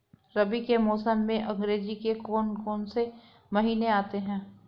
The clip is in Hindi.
रबी के मौसम में अंग्रेज़ी के कौन कौनसे महीने आते हैं?